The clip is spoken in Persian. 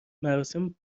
مراسم